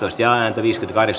ja kari